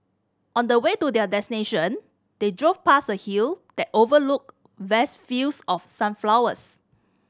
on the way to their destination they drove past a hill that overlooked vast fields of sunflowers